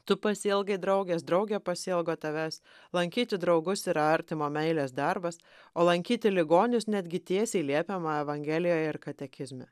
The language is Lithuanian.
tu pasiilgai draugės draugė pasiilgo tavęs lankyti draugus yra artimo meilės darbas o lankyti ligonius netgi tiesiai liepiama evangelijoje ir katekizme